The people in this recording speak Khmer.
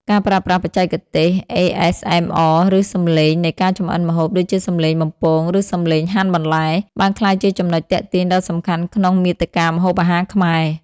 ការប្រើប្រាស់បច្ចេកទេស ASMR ឬសំឡេងនៃការចម្អិនម្ហូប ដូចជាសំឡេងបំពង ឬសំឡេងហាន់បន្លែ បានក្លាយជាចំណុចទាក់ទាញដ៏សំខាន់ក្នុងមាតិកាម្ហូបអាហារខ្មែរ។